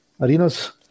arenas